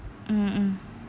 mm mm